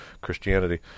Christianity